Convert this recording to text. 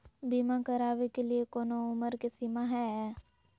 बीमा करावे के लिए कोनो उमर के सीमा है?